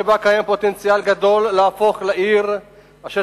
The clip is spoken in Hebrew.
שבה קיים פוטנציאל גדול להפוך לעיר אשר